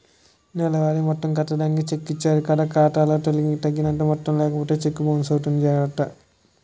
నెలవారీ మొత్తం కట్టడానికి చెక్కు ఇచ్చారు కదా ఖాతా లో తగినంత మొత్తం లేకపోతే చెక్కు బౌన్సు అవుతుంది జాగర్త